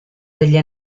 degli